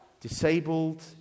disabled